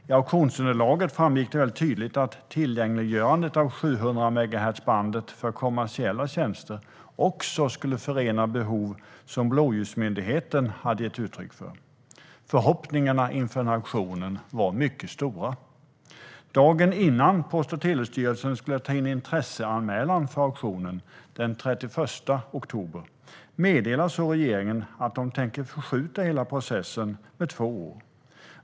I auktionsunderlaget framgick det väldigt tydligt att tillgängliggörandet av 700-megahertzbandet för kommersiella tjänster också skulle gå att förena med behov som blåljusmyndigheterna hade gett uttryck för. Förhoppningarna inför auktionen var mycket stora. Dagen innan Post och telestyrelsen skulle ta in intresseanmälan för auktionen, den 31 oktober, meddelar regeringen att de tänker förskjuta hela processen med två år.